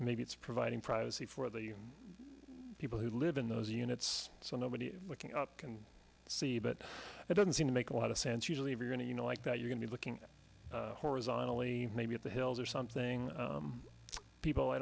maybe it's providing privacy for the people who live in those units so nobody looking up can see but it doesn't seem to make a lot of sense usually if you're going to you know like that you're going to be looking horizontally maybe at the hills or something people i